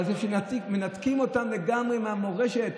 אבל מנתקים אותם לגמרי מהמורשת,